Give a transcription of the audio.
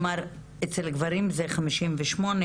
אצל גברים זה 58,